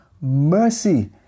mercy